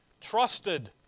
Trusted